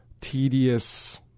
tedious